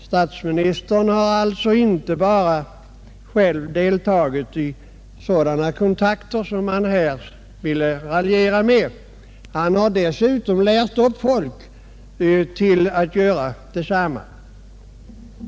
Statsministern har alltså inte bara själv deltagit i sådana kontakter som han här ville raljera med, utan han har dessutom lärt upp folk till att göra detsamma.